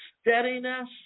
steadiness